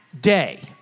day